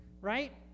right